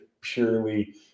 purely